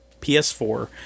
ps4